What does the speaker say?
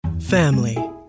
Family